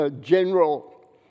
General